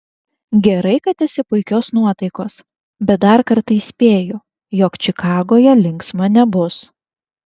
gerai kad esi puikios nuotaikos bet dar kartą įspėju jog čikagoje linksma nebus